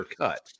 cut